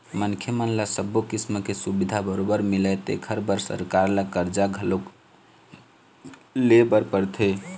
मनखे मन ल सब्बो किसम के सुबिधा बरोबर मिलय तेखर बर सरकार ल करजा घलोक लेय बर परथे